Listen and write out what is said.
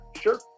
sure